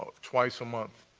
twice a month,